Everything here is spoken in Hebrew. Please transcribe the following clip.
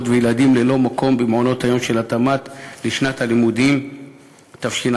וילדים ללא מקום במעונות-היום של התמ"ת לשנת הלימודים תשע"ה,